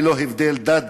ללא הבדל דת,